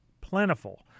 plentiful